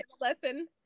lesson